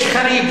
יש חריג,